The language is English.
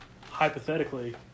Hypothetically